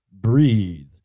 breathe